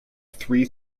three